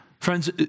Friends